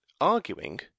arguing